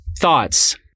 thoughts